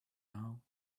now